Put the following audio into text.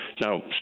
Now